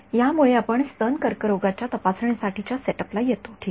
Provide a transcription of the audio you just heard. यामुळे आपण स्तन कर्करोगाच्या तपासणीसाठीच्या सेट अप ला येतो ठीक आहे